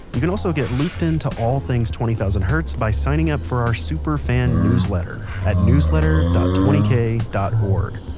you can also get looped in to all things twenty thousand hertz by signing up for our superfan newsletter at newsletter dot twenty-kay dot org.